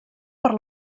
per